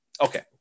Okay